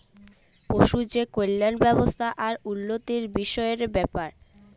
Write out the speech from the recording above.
পশু যে কল্যাল ব্যাবস্থা আর উল্লতির বিষয়ের ব্যাপার